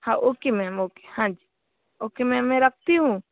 okay ma'am okay हाँ जी okay ma'am मैं रकती हूँ